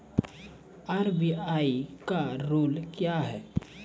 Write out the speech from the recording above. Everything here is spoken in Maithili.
आर.बी.आई का रुल क्या हैं?